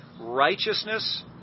Righteousness